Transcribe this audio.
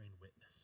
witness